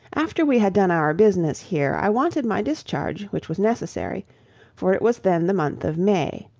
after we had done our business here, i wanted my discharge, which was necessary for it was then the month of may,